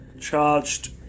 charged